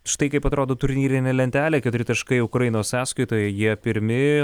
štai kaip atrodo turnyrinė lentelė keturi taškai ukrainos sąskaitoje jie pirmi